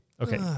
Okay